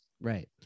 Right